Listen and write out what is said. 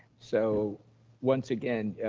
so once again,